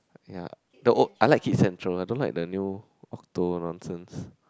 ya the old I like Kids-Central I don't like the new Okto nonsense